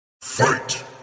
Fight